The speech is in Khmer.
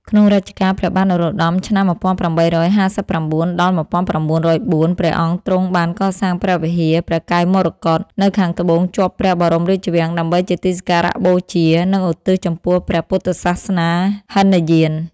ក្នុងរជ្ជកាល ព្រះបាទនរោត្តម (ឆ្នាំ ១៨៥៩-១៩០៤) ព្រះអង្គទ្រង់បានកសាងព្រះវិហារព្រះកែវមរកត នៅខាងត្បូងជាប់ព្រះបរមរាជវាំងដើម្បីជាទីសក្ការៈបូជា និងឧទ្ទិសចំពោះព្រះពុទ្ធសាសនាហីនយាន។